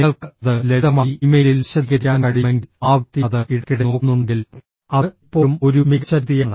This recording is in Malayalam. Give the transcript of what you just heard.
നിങ്ങൾക്ക് അത് ലളിതമായി ഇമെയിലിൽ വിശദീകരിക്കാൻ കഴിയുമെങ്കിൽ ആ വ്യക്തി അത് ഇടയ്ക്കിടെ നോക്കുന്നുണ്ടെങ്കിൽ അത് ഇപ്പോഴും ഒരു മികച്ച രീതിയാണ്